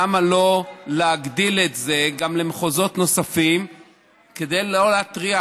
למה לא להגדיל את זה למחוזות נוספים כדי לא להטריח.